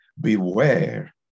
beware